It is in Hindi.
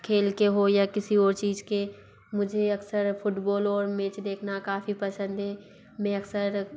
खेल के हो या किसी ओर चीज़ के मुझे अक्सर फुटबॉल और मेच देखना काफ़ी पसंद हे मैं अक्सर